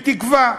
בתקווה.